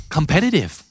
Competitive